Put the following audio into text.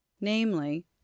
namely